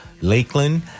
Lakeland